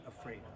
afraid